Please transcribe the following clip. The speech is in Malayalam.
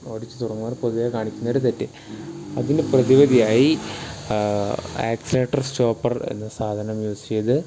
ഓടിച്ചു തുടങ്ങുന്നവർ പൊതുവെ കാണിക്കുന്നൊരു തെറ്റ് അതിന് പ്രതിവിധിയായി ആക്സിലേറ്റർ സ്റ്റോപ്പർ എന്ന സാധനം യൂസ് ചെയ്ത്